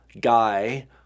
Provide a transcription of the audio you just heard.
guy